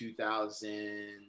2000